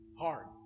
hard